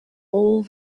all